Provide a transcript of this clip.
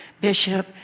bishop